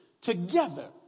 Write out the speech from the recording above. together